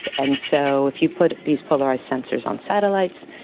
and so if you put these polarised sensors on satellites,